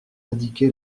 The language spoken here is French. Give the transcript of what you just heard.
indiqué